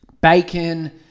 bacon